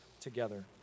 together